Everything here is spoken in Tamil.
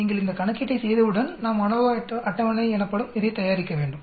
நீங்கள் இந்த கணக்கீட்டை செய்தவுடன் நாம் அநோவா அட்டவணை எனப்படும் இதை தயாரிக்க வேண்டும்